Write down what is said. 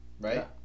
Right